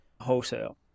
wholesale